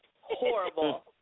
Horrible